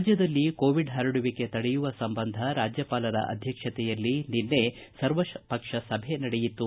ರಾಜ್ಯದಲ್ಲಿ ಕೋವಿಡ್ ಪರಡುವಿಕೆ ತಡೆಯುವ ಸಂಬಂಧ ರಾಜ್ಯಪಾಲರ ಅಧ್ಯಕ್ಷತೆಯಲ್ಲಿ ನಿನ್ನೆ ಸರ್ವಪಕ್ಷ ಸಭೆ ನಡೆಯಿತು